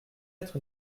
être